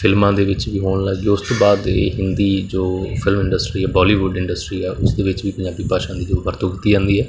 ਫਿਲਮਾਂ ਦੇ ਵਿੱਚ ਵੀ ਹੋਣ ਲੱਗ ਗਈ ਉਸ ਤੋਂ ਬਾਅਦ ਵੀ ਹਿੰਦੀ ਜੋ ਫਿਲਮ ਇੰਡਸਟਰੀ ਬੋਲੀਵੁੱਡ ਇੰਡਸਟਰੀ ਆ ਉਸ ਦੇ ਵਿੱਚ ਵੀ ਪੰਜਾਬੀ ਭਾਸ਼ਾ ਦੀ ਜੋ ਵਰਤੋਂ ਕੀਤੀ ਜਾਂਦੀ ਹੈ